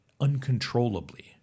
uncontrollably